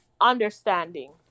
understanding